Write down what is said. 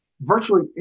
virtually